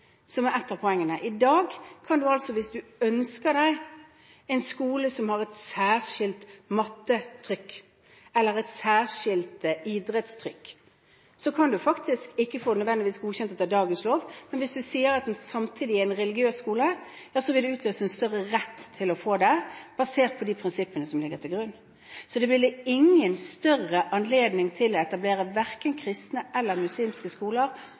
som ikke har et religiøst grunnlag, som er et av poengene. Hvis en i dag ønsker seg en skole som har et særskilt mattetrykk eller et særskilt idrettstrykk, kan en faktisk ikke nødvendigvis få det godkjent etter dagens lov, men hvis en sier at den samtidig er en religiøs skole, vil det utløse en større rett til å få det basert på de prinsippene som ligger til grunn. Det vil ikke bli større anledning til å etablere verken kristne eller muslimske skoler